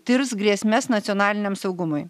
tirs grėsmes nacionaliniam saugumui